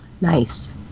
Nice